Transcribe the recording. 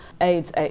AIDS